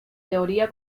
teoría